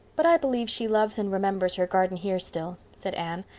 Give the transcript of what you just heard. but i believe she loves and remembers her garden here still, said anne.